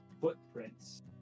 footprints